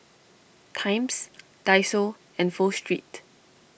Times Daiso and Pho Street